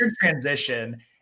transition